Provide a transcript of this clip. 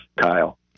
kyle